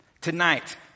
Tonight